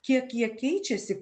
kiek jie keičiasi